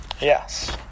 Yes